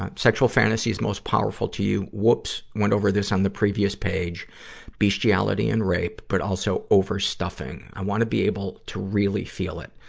ah sexual fantasies most powerful to you whoops! went over this on the previous page bestiality and rape, but also overstuffing. i wanna be able to really feel it.